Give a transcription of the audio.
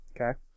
Okay